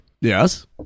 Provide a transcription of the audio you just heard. Yes